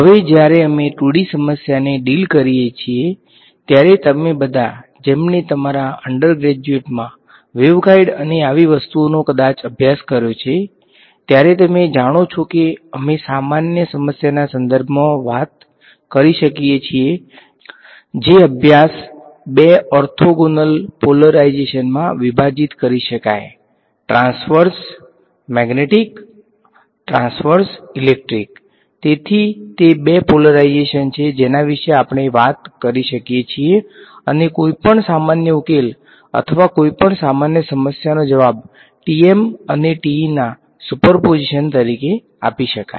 હવે જ્યારે અમે 2D સમસ્યાને ડિલ કરીએ છીએ ત્યારે તમે બધા જેમણે તમારા અંડરગ્રેડમાં વેવ ગાઈડ અને આવી વસ્તુઓનો કદાચ અભ્યાસ કર્યો છે ત્યારે તમે જાણો છો કે અમે સામાન્ય સમસ્યાના સંદર્ભમાં વાત કરી શકીએ છીએ જે અભ્યાસ બે ઓર્થોગોનલ પોલરાઈજેશનમાં વિભાજીત કરી શકાય છે ટ્રાંસવર્સ છે જેના વિશે આપણે વાત કરી શકીએ છીએ અને કોઈપણ સામાન્ય ઉકેલ અથવા કોઈપણ સામાન્ય સમસ્યાનો જવાબ TM અને TE ના સુપરપોઝિશન તરીકે આપી શકાય છે